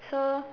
so